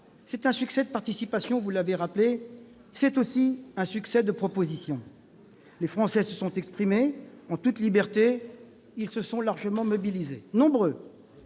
est un succès de participation ; vous l'avez rappelé. C'est aussi un succès de propositions. Les Français se sont exprimés en toute liberté. Ils se sont largement mobilisés. Nombreux